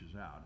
out